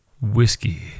whiskey